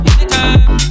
Anytime